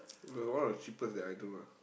got one of the cheapest that I do ah